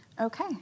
Okay